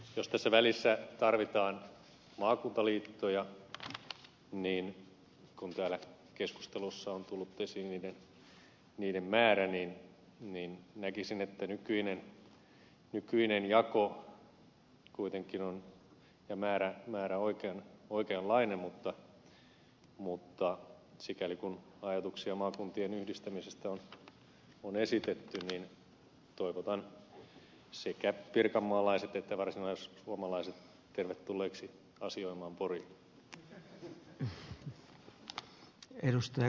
jos tässä välissä tarvitaan maakuntaliittoja niin kun täällä keskustelussa on tullut esiin niiden määrä näkisin että nykyinen jako ja määrä kuitenkin ovat oikeanlaiset mutta sikäli kuin ajatuksia maakuntien yhdistämisestä on esitetty niin toivotan sekä pirkanmaalaiset että varsinaissuomalaiset tervetulleiksi asioimaan poriin